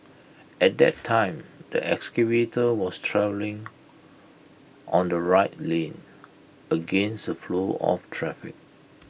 at that time the excavator was travelling on the right lane against flow of traffic